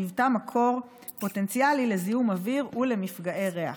שהיוותה מקור פוטנציאלי לזיהום אוויר ולמפגעי ריח.